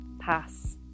pass